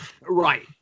Right